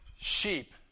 sheep